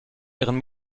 ihren